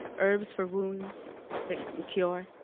herbs for wounds that cure?